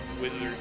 wizard